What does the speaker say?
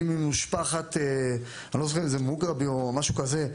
אני ממשפחת מוגרבי או משהו כזה,